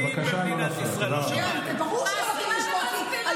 אתה צריך להוסיף לי חצי דקה.